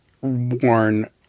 worn